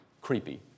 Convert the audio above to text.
Creepy